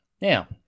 Now